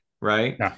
right